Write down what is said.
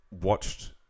watched